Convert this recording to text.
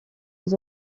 aux